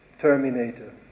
Terminator